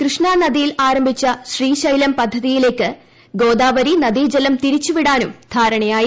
കൃഷ്ണ നദിയിൽ ആരംഭിച്ച ശ്രീശൈലം പദ്ധതിയിലേക്ക് ഗോദാവരി നദീജലം തിരിച്ചുവിടാനും ധാരണയായി